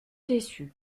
déçu